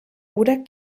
oder